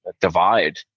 divide